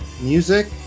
music